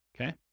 Okay